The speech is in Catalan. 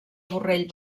borrell